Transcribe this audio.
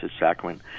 Sacrament